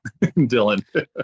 Dylan